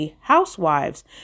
housewives